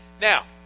Now